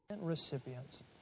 recipients